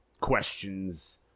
questions